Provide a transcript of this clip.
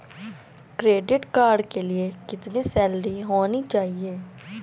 Credit card के लिए कितनी सैलरी होनी चाहिए?